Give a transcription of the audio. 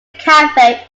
cafe